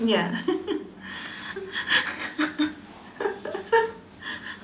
ya